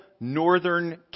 northern